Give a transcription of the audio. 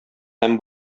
һәм